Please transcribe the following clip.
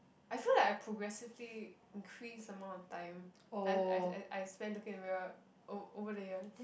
I feel like I progressively increase amount of time I I I I spend looking at the mirror ov~ over the years